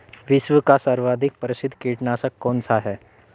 विश्व का सर्वाधिक प्रसिद्ध कीटनाशक कौन सा है?